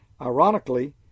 Ironically